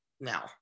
now